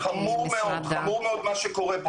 זה חמור מאוד מה שקורה פה,